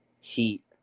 Heat